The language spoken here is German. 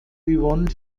yvonne